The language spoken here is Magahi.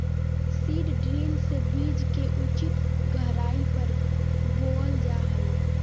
सीड ड्रिल से बीज के उचित गहराई पर बोअल जा हइ